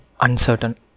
uncertain